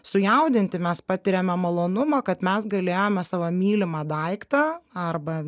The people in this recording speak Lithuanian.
sujaudinti mes patiriame malonumą kad mes galėjome savo mylimą daiktą arba